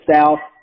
South